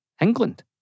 England